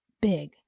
big